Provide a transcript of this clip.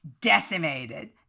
decimated